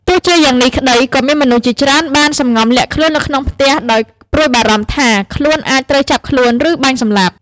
ទោះជាយ៉ាងនេះក្តី ក៏មានមនុស្សជាច្រើនបានសម្ងំលាក់ខ្លួននៅក្នុងផ្ទះ ដោយព្រួយបារម្ភថា ខ្លួនអាចត្រូវចាប់ខ្លួន ឬបាញ់សម្លាប់។